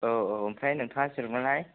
औ औ ओमफ्राय नोंथाङा सोरमोनलाय